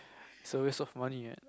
it's a waste of money what